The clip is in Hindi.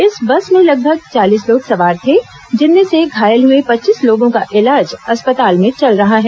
इस बस में लगभग चालीस लोग सवार थे जिनमें से घायल हुए पच्चीस लोगों का इलाज अस्पताल में चल रहा है